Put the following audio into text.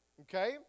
okay